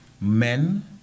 men